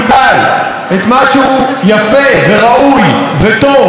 את מה שהוא יפה וראוי וטוב בחברה שלנו.